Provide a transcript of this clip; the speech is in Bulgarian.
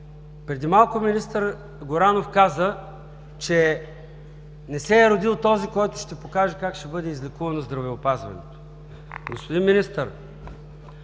Преди малко министър Горанов каза, че не се е родил този, който ще покаже как ще бъде излекувано здравеопазването. Господин Министър,